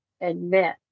admit